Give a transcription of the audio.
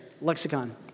lexicon